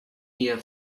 here